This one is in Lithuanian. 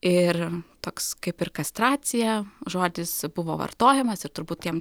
ir toks kaip ir kastracija žodis buvo vartojamas ir turbūt tiem